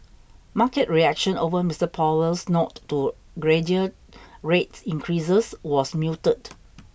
market reaction over Mister Powell's nod to gradual rates increases was muted